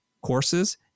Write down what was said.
courses